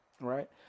right